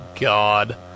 God